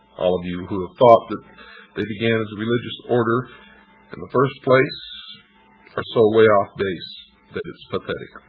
all of you who have thought that they began as a religious order in the first place so way off base thatit's pathetic.